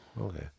okay